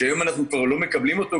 שהיום אנחנו כבר לא מקבלים אותו,